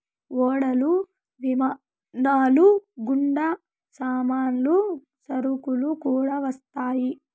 ఓడలు విమానాలు గుండా సామాన్లు సరుకులు కూడా వస్తాయి